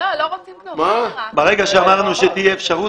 לא --- מהרגע שאמרנו שתהיה אפשרות,